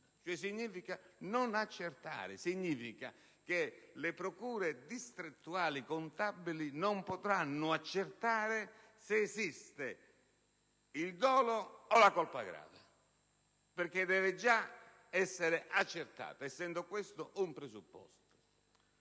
significa non accertare. Significa che le procure distrettuali contabili non potranno accertare se esiste il dolo o la colpa grave, perché devono essere già accertati, essendo questo un presupposto.